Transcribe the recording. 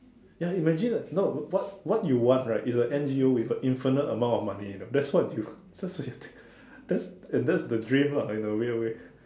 ya imagine no what what you want right is a N_G_O with a infinite amount of money you know that's what you that's the thing that's and that's the dream lah in a weird way